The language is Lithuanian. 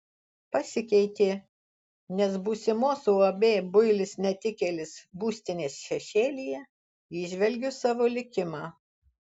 pasikeitė nes būsimos uab builis netikėlis būstinės šešėlyje įžvelgiu savo likimą